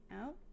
out